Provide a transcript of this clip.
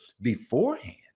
beforehand